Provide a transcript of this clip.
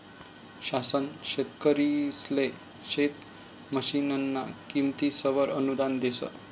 शासन शेतकरिसले शेत मशीनना किमतीसवर अनुदान देस